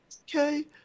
okay